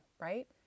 right